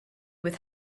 with